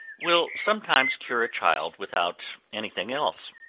will sometimes cure child without any thing else.